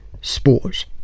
Sport